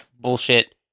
bullshit